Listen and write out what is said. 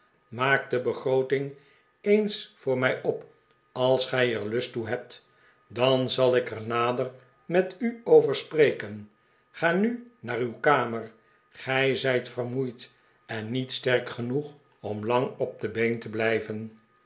maak de begrooting eens voor mij op als gij er lust toe hebt dan zal ik er nader met u over spreken ga nu naar uw kamer gij zijt vermoeid en niet sterk genoeg om lang op de been te blijven